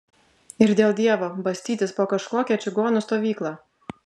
ir dėl dievo bastytis po kažkokią čigonų stovyklą